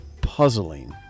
puzzling